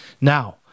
Now